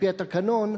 על-פי התקנון,